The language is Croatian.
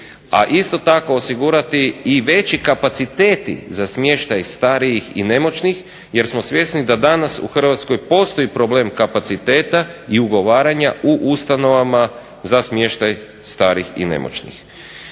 a isto tako osigurati i veći kapaciteti za smještaj starijih i nemoćnih jer smo svjesni da danas u Hrvatskoj postoji problem kapaciteta i ugovaranja u ustanovama za smještaj starih i nemoćnih.